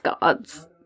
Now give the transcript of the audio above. gods